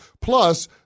Plus